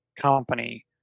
company